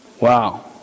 Wow